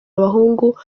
abahungu